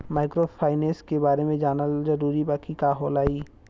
Microfinance के बारे में जानल जरूरी बा की का होला ई?